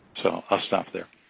so, i'll stop there.